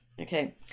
Okay